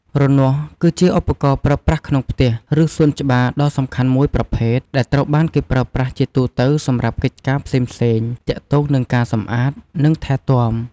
រនាស់ គឺជាឧបករណ៍ប្រើប្រាស់ក្នុងផ្ទះ ឬសួនច្បារដ៏សំខាន់មួយប្រភេទ ដែលត្រូវបានគេប្រើប្រាស់ជាទូទៅសម្រាប់កិច្ចការផ្សេងៗទាក់ទងនឹងការសម្អាត និងថែទាំ។